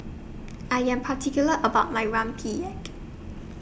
I Am particular about My Rempeyek